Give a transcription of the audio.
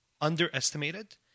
underestimated